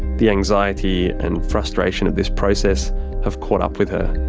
the anxiety and frustration of this process have caught up with her.